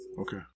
Okay